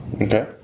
Okay